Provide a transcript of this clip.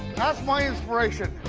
that's my inspiration.